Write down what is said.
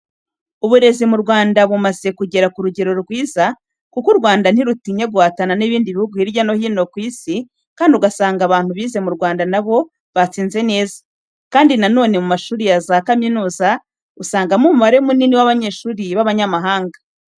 Uburezi mu Rwanda bumaze kugera ku rugero rwiza kuko u Rwanda ntirutinya guhatana n'ibindi bihugu hirya no hino ku isi kandi ugasanga abantu bize mu Rwanda na bo batsinze neza, kandi na none mu mashuri ya za kaminuza usangamo umubare munini w'abanyeshuri b'abanyamahanga.